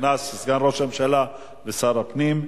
נכנס סגן ראש הממשלה ושר הפנים.